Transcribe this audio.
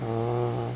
a'ah